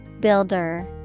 Builder